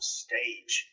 stage